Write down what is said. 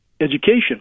education